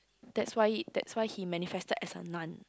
that's why that's why he manifested as a nun